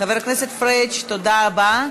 חבר הכנסת פריג', תודה רבה.